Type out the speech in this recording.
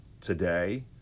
today